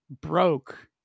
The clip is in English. broke